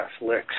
licks